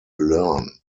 learn